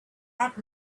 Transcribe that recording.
had